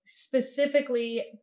specifically